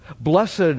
Blessed